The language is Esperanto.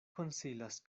konsilas